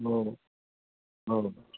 औ औ